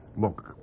Look